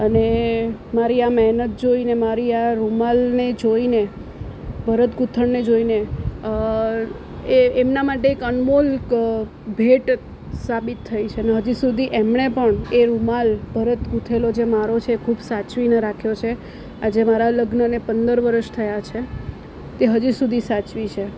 અને મારી આ મહેનત જોઈને મારી આ રૂમાલને જોઈને ભરતગુંથણને જોઈને એ એમના માટે એક અનમોલ ભેટ સાબિત થઈ છે અને હજી સુધી એમણે પણ એ રૂમાલ ભરત ગુંથેલો જે મારો છે ખૂબ સાચવીને રાખ્યો છે આજે મારા લગ્નને પંદર વર્ષ થયા છે તે હજી સુધી સાચવી છે